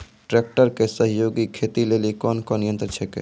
Tractor के सहयोगी खेती लेली कोन कोन यंत्र छेकै?